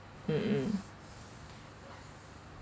mmhmm